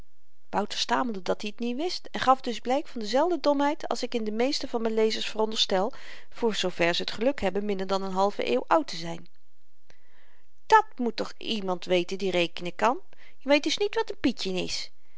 wouter stamelde dat-i t niet wist en gaf dus blyk van dezelfde domheid als ik in de meesten van m'n lezers veronderstel voor zoover ze t geluk hebben minder dan n halve eeuw oud te zyn dàt moet toch iemand weten die rekenen kan je weet dus niet wat n pietjen is